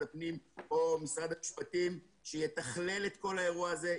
הפנים או משרד המשפטים שיתכלל את כול האירוע הזה,